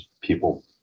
people